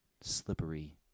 slippery